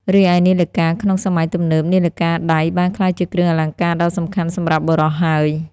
រីឯនាឡិកាក្នុង សម័យទំនើប នាឡិកាដៃបានក្លាយជាគ្រឿងអលង្ការដ៏សំខាន់សម្រាប់បុរសហើយ។